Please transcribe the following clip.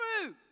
true